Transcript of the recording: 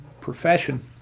profession